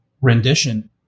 rendition